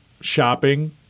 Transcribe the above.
shopping